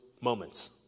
moments